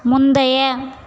முந்தைய